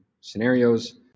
scenarios